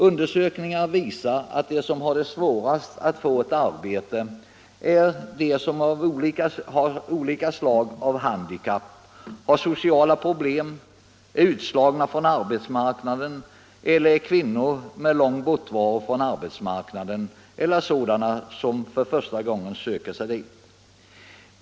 Undersökningar visar att de som har svårast att få ett arbete är de som har olika slag av handikapp, har sociala problem, är utslagna från arbetsmarknaden, är kvinnor med lång bortovaro från arbetsmarknaden eller tillhör dem som för första gången söker sig dit.